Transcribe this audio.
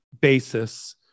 basis